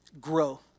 grow